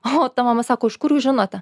o ta mama sako iš kur jūs žinote